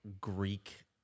Greek